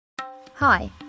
Hi